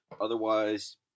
Otherwise